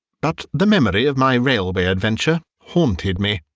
but the memory of my railway adventure haunted me.